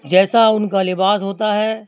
جیسا ان کا لباس ہوتا ہے